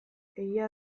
egia